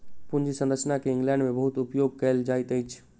पूंजी संरचना के इंग्लैंड में बहुत उपयोग कएल जाइत अछि